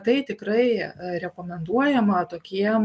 tai tikrai rekomenduojama tokiem